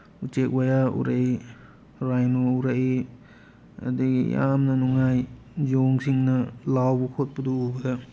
ꯎꯆꯦꯛ ꯋꯥꯌꯥ ꯎꯔꯛꯏ ꯔꯥꯏꯅꯣ ꯎꯔꯛꯏ ꯑꯗꯒꯤ ꯌꯥꯝꯅ ꯅꯨꯡꯉꯥꯏ ꯌꯣꯡꯁꯤꯡꯅ ꯂꯥꯎꯕ ꯈꯣꯠꯄꯗꯨ ꯎꯕꯗ